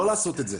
לא לעשות את זה,